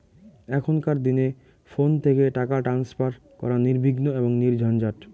এখনকার দিনে ফোন থেকে টাকা ট্রান্সফার করা নির্বিঘ্ন এবং নির্ঝঞ্ঝাট